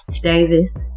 Davis